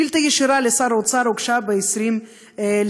שאילתה ישירה לשר האוצר הוגשה ב-20 ביוני,